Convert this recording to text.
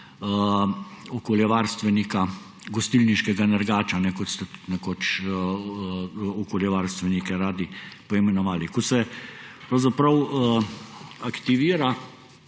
okoljevarstvenika, gostilniškega nergača, kot ste tudi nekoč okoljevarstvenike radi poimenovali. Ko se pravzaprav aktivira